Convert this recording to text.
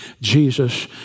Jesus